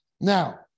Now